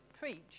preach